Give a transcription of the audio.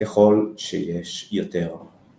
‫ככל שיש יותר.